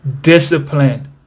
discipline